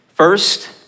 First